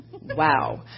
wow